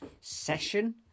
session